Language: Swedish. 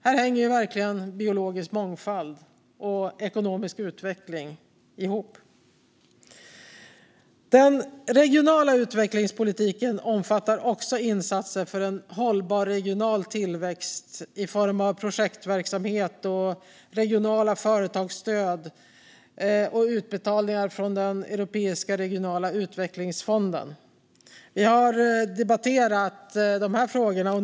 Här hänger verkligen biologisk mångfald och ekonomisk utveckling ihop. Den regionala utvecklingspolitiken omfattar också insatser för en hållbar regional tillväxt i form av projektverksamhet och regionala företagsstöd och utbetalningar från den europeiska regionala utvecklingsfonden. Vi har debatterat dessa frågor.